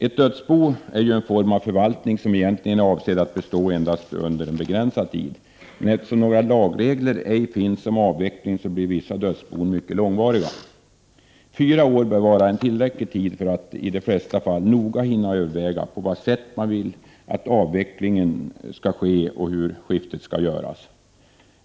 Ett dödsbo är en form av en förvaltning som egentligen är avsedd att bestå kndast under en begränsad tid. Men eftersom några lagregler om avveckling Bj finns, blir vissa dödsbon mycket långvariga. Fyra år bör i de flesta fall vara Pn tillräcklig tid för att noga hinna överväga på vad sätt man vill att hvvecklingen skall ske och hur skiftet skall göras.